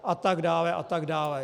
A tak dále, a tak dále.